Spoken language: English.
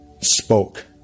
spoke